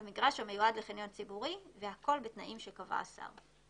במגרש המיועד לחניון ציבורי והכל בתנאים שקבע השר.